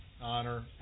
honor